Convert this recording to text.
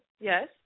Yes